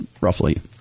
roughly